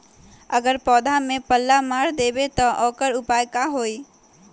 अगर पौधा में पल्ला मार देबे त औकर उपाय का होई?